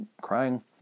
crying